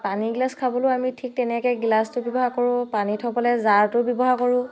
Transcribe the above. পানী গিলাচ খাবলৈও আমি ঠিক তেনেকৈ গিলাচটো ব্যৱহাৰ কৰোঁ পানী থ'বলৈ জাৰটো ব্যৱহাৰ কৰোঁ